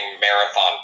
marathon